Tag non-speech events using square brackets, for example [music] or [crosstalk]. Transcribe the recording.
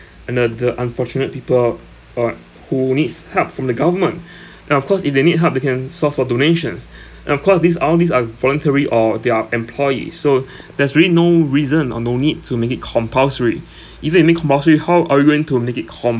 and the the unfortunate people out uh who needs help from the government [breath] and of course if they need help they can source for donations [breath] and of course these all these are voluntary or they are employees so [breath] there's really no reason or no need to make it compulsory [breath] even if you make it compulsory how are you going to make it com